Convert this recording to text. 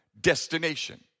destination